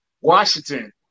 Washington